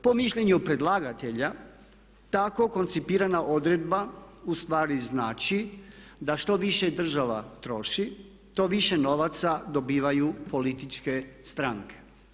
Po mišljenju predlagatelja tako koncipirana odredba ustvari znači da što više država troši to više novaca dobivaju političke stranke.